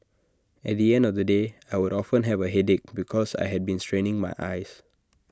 at the end of the day I would often have A headache because I had been straining my eyes